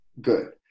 good